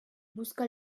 busca